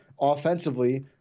offensively